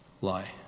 lie